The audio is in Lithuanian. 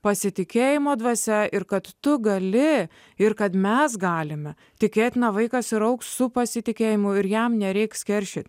pasitikėjimo dvasia ir kad tu gali ir kad mes galime tikėtina vaikas ir augs su pasitikėjimu ir jam nereiks keršyt